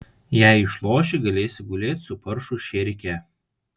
jei išloši galėsi gulėt su paršų šėrike